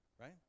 Right